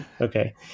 Okay